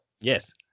Yes